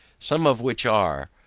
some of which are,